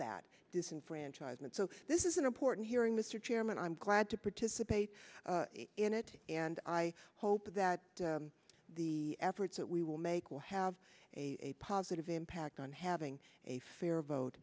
that disenfranchisement so this is an important hearing mr chairman i'm glad to participate in it and i hope that the efforts that we will make will have a positive impact on having a fear